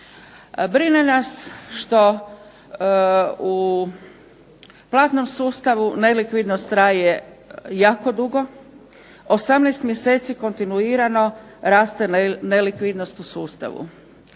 Brine nas što u platnom sustavu nelikvidnost traje jako dugo. 18 mjeseci kontinuirano raste nelikvidnost u sustavu.